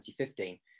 2015